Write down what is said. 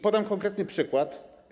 Podam konkretny przykład.